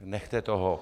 Nechte toho.